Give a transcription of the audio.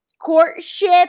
courtship